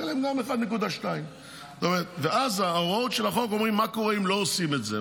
ישלם גם 1.2. אז ההוראות של החוק אומרות מה קורה אם לא עושים את זה.